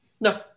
No